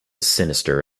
sinister